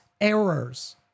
errors